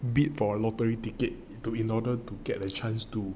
bid for a lottery ticket to in order to get a chance to